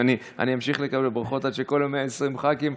אני אמשיך לקבל ברכות עד שכל ה-120 ח"כים